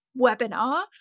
webinar